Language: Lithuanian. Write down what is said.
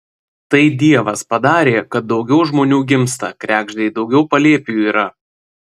tai dievas padarė kad daugiau žmonių gimsta kregždei daugiau palėpių yra